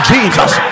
Jesus